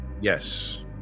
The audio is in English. Yes